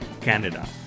Canada